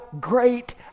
great